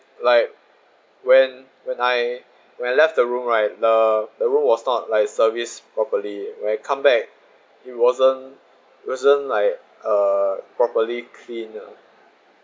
like when when I when I left the room right the the room was not like service properly when I come back it wasn't wasn't like err properly cleaned uh